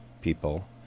people